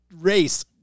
race